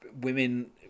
women